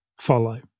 follow